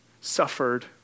suffered